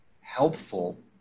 helpful